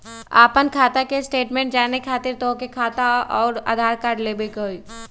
आपन खाता के स्टेटमेंट जाने खातिर तोहके खाता अऊर आधार कार्ड लबे के होइ?